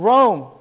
Rome